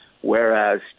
Whereas